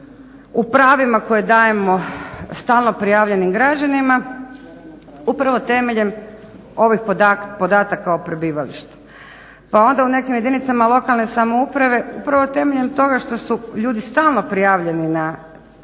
pravima koje dajemo stalno prijavljenim građanima upravo temeljem ovih podataka o prebivalištu. Pa onda u nekim jedinicama lokalne samouprave upravo temeljem toga što su ljudi stalno prijavljeni na